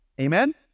Amen